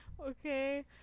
Okay